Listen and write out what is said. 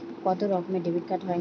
কত রকমের ডেবিটকার্ড হয়?